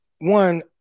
one